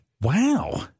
Wow